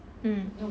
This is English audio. mm